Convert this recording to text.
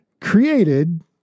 created